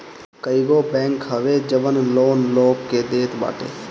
कईगो बैंक हवे जवन लोन लोग के देत बाटे